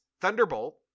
Thunderbolt